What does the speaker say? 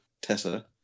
Tessa